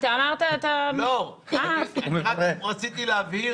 אתה אמרת --- רק רציתי להבהיר,